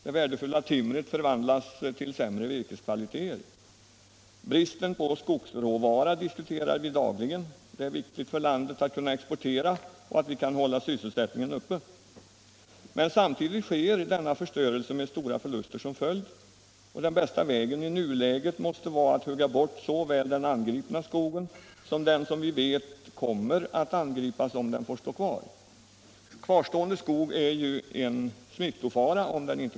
Det värdefulla timret förvandlas till sämre virkeskvaliteter. Bristen på skogsråvara diskuteras dagligen. Det är viktigt för landet att kunna exportera och hålla sysselsättningen uppe. Men samtidigt sker denna förstörelse med stora förluster som följd. Det bästa i nuläget måste vara att hugga bort såväl den angripna skogen som den vi vet kommer att angripas om den får stå kvar. Kvarstående skog utgör en smittofara.